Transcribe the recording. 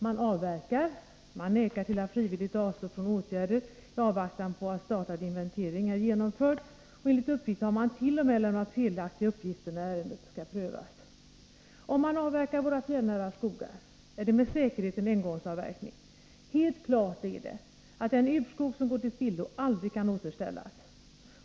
Man avverkar, man nekar till att frivilligt avstå från åtgärder i avvaktan på att startad inventering är genomförd, och enligt uppgift har man t.o.m. lämnat felaktiga uppgifter om när ärendet skall prövas. Om man avverkar våra fjällnära skogar är det med säkerhet en engångsavverkning. Helt klart är att den urskog som går till spillo aldrig kan återställas.